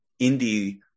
indie